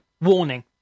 warning